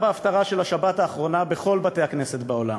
בהפטרה של השבת האחרונה בכל בתי-הכנסת בעולם: